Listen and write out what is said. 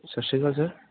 ਸਤਿ ਸ਼੍ਰੀ ਅਕਾਲ ਸਰ